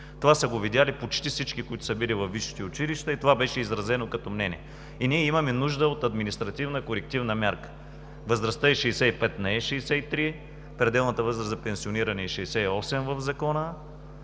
Това са го видели почти всички, които са били във висшите училища, и това беше изразено като мнение. Ние имаме нужда от административна корективна мярка. Възрастта е 65 години, не е 63. В Закона пределната възраст за пенсиониране е 68 години.